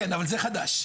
כן, אבל זה חדש.